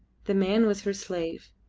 the man was her slave.